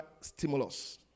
stimulus